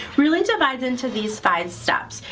really divides into these five steps.